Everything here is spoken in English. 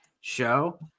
show